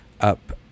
up